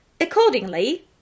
Accordingly